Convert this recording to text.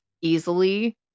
easily